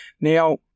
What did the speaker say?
Now